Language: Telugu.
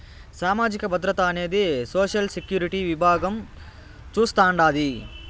సామాజిక భద్రత అనేది సోషల్ సెక్యూరిటీ విభాగం చూస్తాండాది